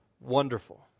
wonderful